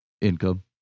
income